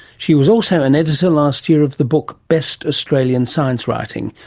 she was also an editor last year of the book best australian science writing,